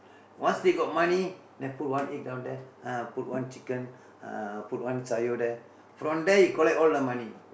once they got money then put on egg down there uh put one chicken uh put one sayur there from there you collect all the money